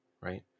right